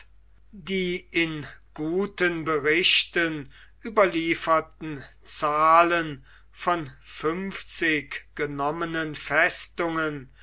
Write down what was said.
die in guten berichten überlieferten zahlen von fünfzig genommenen festungen